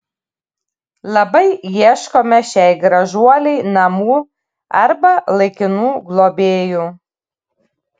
labai ieškome šiai gražuolei namų arba laikinų globėjų